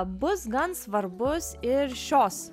bus gan svarbus ir šios